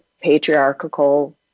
patriarchal